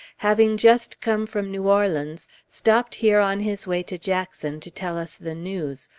having just come from new orleans, stopped here on his way to jackson, to tell us the news,